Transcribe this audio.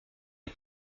est